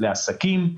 לעסקים;